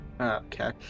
Okay